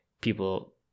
people